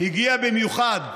הגיע במיוחד לישראל.